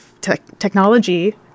technology